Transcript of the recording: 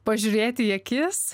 pažiūrėti į akis